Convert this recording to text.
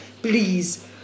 please